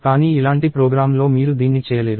కానీ ఇలాంటి ప్రోగ్రామ్లో మీరు దీన్ని చేయలేరు